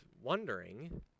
wondering